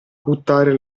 buttare